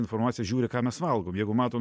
informaciją žiūri ką mes valgom jeigu mato